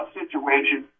situation